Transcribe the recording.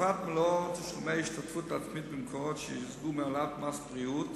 החלפת מלוא תשלומי ההשתתפות העצמית במקורות שיושגו מהעלאת מס בריאות